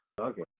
Okay